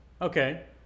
Okay